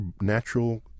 natural